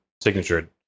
Signature